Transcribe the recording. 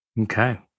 Okay